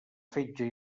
fetge